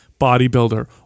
bodybuilder